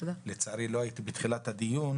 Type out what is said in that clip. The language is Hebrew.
אני לצערי לא הייתי בתחילת הדיון